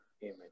image